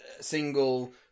single